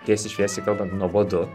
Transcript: tiesiai šviesiai kalbant nuobodu